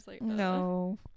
no